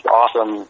awesome